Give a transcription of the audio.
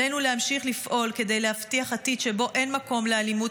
עלינו להמשיך לפעול כדי להבטיח עתיד שבו אין מקום לאלימות